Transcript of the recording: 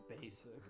basic